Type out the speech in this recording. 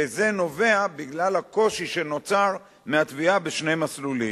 וזה נובע מהקושי שנוצר מהתביעה בשני מסלולים.